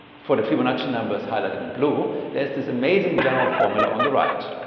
for the fibonacci numbers highlighted in blue there's this amazing general formula on the right,